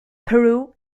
peru